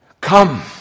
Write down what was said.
Come